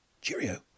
Cheerio